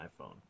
iphone